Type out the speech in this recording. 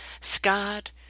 scarred